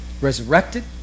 Resurrected